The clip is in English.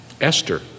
Esther